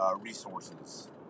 Resources